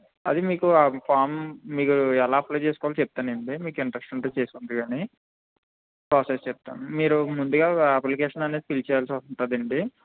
అది మీకు ఫామ్ మీకు ఎలా అప్లై చేసుకోవాలో చెప్తాను అండి మీకు ఇంట్రెస్ట్ ఉంటే చేసుకుందురు కానీ ప్రోసెస్ చెప్తాను మీరు ముందుగా అప్లికేషన్ అనేది ఫిల్ చేయాల్సి ఉంటుంది అండి